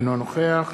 אינו נוכח